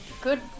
good